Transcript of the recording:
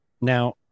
now